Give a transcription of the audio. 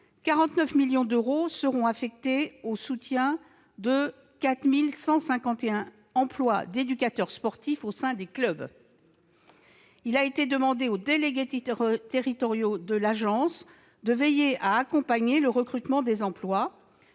49 millions d'euros seront affectés au soutien de 4 151 emplois d'éducateurs sportifs au sein des clubs. Il a été demandé aux délégués territoriaux de l'Agence de veiller à accompagner le recrutement des emplois